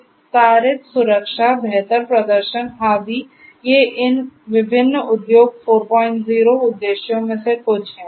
विस्तारित सुरक्षा बेहतर प्रदर्शन आदि ये इन विभिन्न उद्योग 40 उद्देश्यों में से कुछ हैं